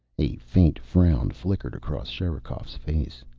a faint frown flickered across sherikov's face.